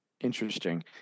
interesting